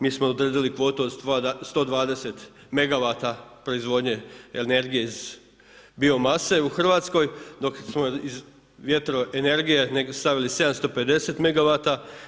Mi smo odredili kvotu od 120 megavata proizvodnje energije iz biomase u Hrvatskoj, dok smo iz vjetroenergije stavili 750 megavata.